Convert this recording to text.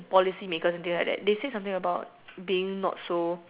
policy makers and things like that they say something about being not so